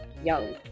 Young